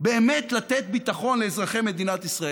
באמת לתת ביטחון לאזרחי מדינת ישראל.